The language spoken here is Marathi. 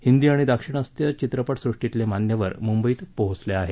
हिंदी आणि दाक्षिणात्य चित्रपट सृष्टीतले मान्यवर मुंबईत पोहचले आहेत